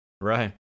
right